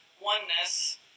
oneness